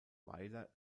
weiler